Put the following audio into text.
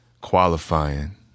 qualifying